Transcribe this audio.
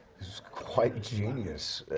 quite genius,